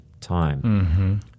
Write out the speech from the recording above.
time